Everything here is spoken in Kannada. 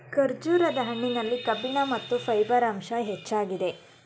ಖರ್ಜೂರದ ಹಣ್ಣಿನಲ್ಲಿ ಕಬ್ಬಿಣ ಮತ್ತು ಫೈಬರ್ ಅಂಶ ಹೆಚ್ಚಾಗಿದೆ